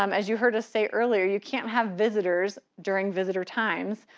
um as you heard us say earlier, you can't have visitors during visitor times,